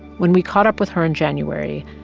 when we caught up with her in january,